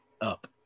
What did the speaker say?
up